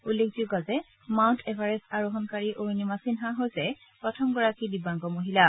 উল্লেখযোগ্য যে mount Everest আৰোহণকাৰী অৰুণিমা সিন্হা হৈছে প্ৰথমগৰাকী দিব্যাংগ মহিলা